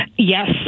Yes